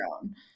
own